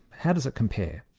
how does it compare?